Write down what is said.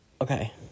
Okay